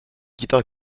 guitare